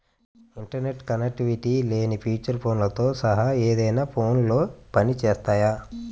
internet connectivity లేని feature ఫోన్లతో సహా ఏదైనా ఫోన్లో పని చేస్తాయి